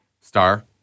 star